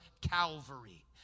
Calvary